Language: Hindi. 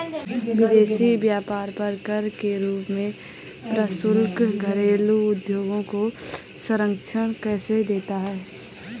विदेशी व्यापार पर कर के रूप में प्रशुल्क घरेलू उद्योगों को संरक्षण कैसे देता है?